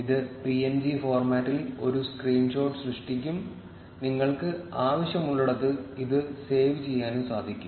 ഇത് പിഎൻജി ഫോർമാറ്റിൽ ഒരു സ്ക്രീൻ ഷോട്ട് സൃഷ്ടിക്കും നിങ്ങൾക്ക് ആവശ്യമുള്ളിടത്ത് ഇത് സേവ് ചെയ്യാനും സാധിക്കും